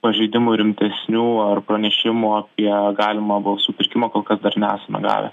pažeidimų rimtesnių ar pranešimų apie galimą balsų pirkimą kol kas dar nesame gavę